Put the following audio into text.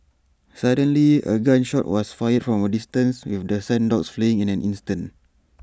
suddenly A gun shot was fired from A distance with the sent dogs fleeing in an instant